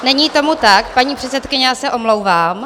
Není tomu tak, paní předsedkyně, já se omlouvám.